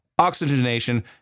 oxygenation